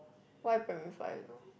why primary five though